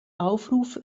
aufruf